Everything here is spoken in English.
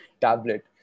tablet